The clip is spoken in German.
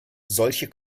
solche